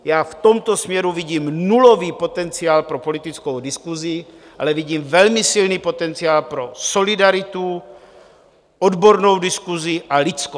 Já v tomto směru vidím nulový potenciál pro politickou diskusi, ale vidím velmi silný potenciál pro solidaritu, odbornou diskusi a lidskost.